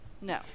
No